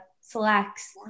selects